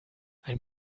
ein